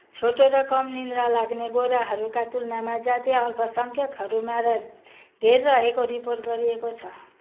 छोटो र कम निद्रा लाग्ने गोराहरूका तुलनामा जातीय अल्पसङ्ख्यकहरूमा धेरै रहेको रिपोर्ट गरिएको छ